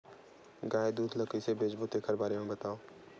गाय दूध ल कइसे बेचबो तेखर बारे में बताओ?